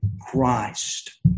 Christ